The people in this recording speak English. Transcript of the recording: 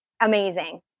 amazing